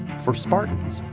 for spartans,